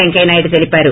పెంకయ్యనాయుడు తెలిపారు